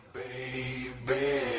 baby